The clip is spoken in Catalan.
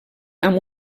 amb